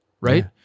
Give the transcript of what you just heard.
right